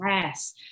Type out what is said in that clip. Yes